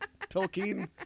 tolkien